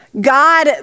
God